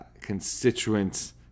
constituents